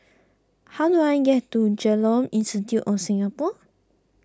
how do I get to Genome Institute of Singapore